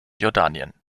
jordanien